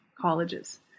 colleges